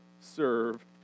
serve